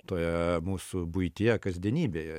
toje mūsų buityje kasdienybėje